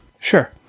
Sure